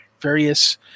various